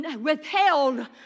withheld